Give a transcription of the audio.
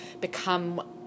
become